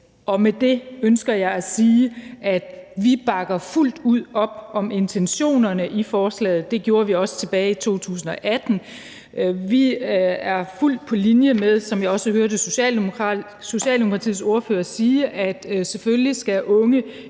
Med det ønsker jeg at sige, at vi bakker fuldt ud op om intentionerne i forslaget. Det gjorde vi også tilbage i 2018. Vi er fuldt på linje med – som jeg også hører Socialdemokratiets ordfører sige – at selvfølgelig skal unge